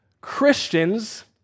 Christians